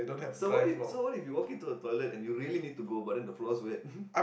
so what if so what if you walk into a toilet and you really need to go but then the floor's wet